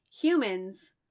humans